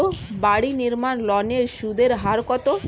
বাড়ি নির্মাণ ঋণের সুদের হার কত?